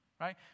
Right